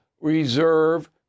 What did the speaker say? reserve